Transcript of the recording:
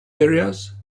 areas